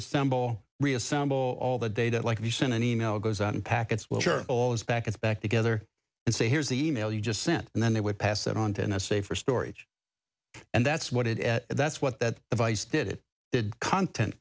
assemble reassemble all the data like you send an email goes out and packets will sure all is back it's back together and say here's the email you just sent and then they would pass it on to n s a for storage and that's what it that's what that device did it did content